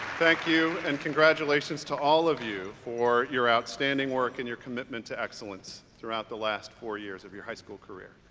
thank you and congratulations to all of you for your outstanding work and your commitment to excellence throughout the last four years of your high school career